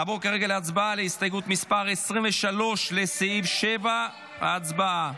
נעבור להצבעה על הסתייגות מס' 23, לסעיף 7. הצבעה.